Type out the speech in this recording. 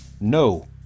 no